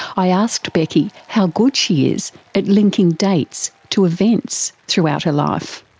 i asked becky how good she is at linking dates to events throughout her life.